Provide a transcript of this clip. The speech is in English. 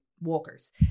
walkers